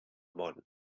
món